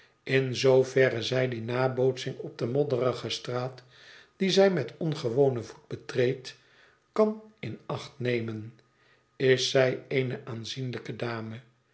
in zooverre zij die nabootsing op de modderige straat die zij met ongewonen voet betreedt kan in acht nemen is zij eene aanzienlijke dame